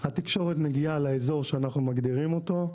התקשורת מגיעה לאזור שאנחנו מגדירים אותו.